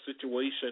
situation